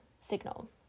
signal